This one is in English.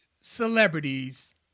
celebrities